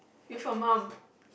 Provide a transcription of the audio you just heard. with her mum